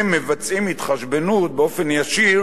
הם מבצעים התחשבנות באופן ישיר